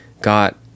got